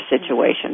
situation